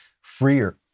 freer